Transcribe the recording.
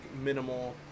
minimal